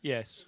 Yes